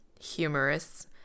humorous